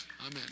Amen